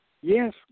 Yes